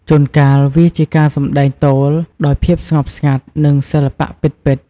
ជួនកាលវាជាការសម្ដែងទោលដោយភាពស្ងប់ស្ងាត់ និងសិល្បៈពិតៗ។